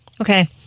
Okay